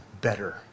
better